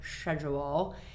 schedule